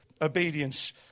Obedience